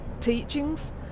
teachings